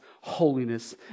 holiness